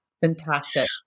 Fantastic